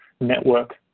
network